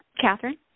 Catherine